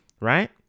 right